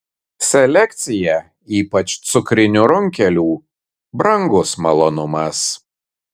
selekcija ypač cukrinių runkelių brangus malonumas